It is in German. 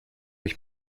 ich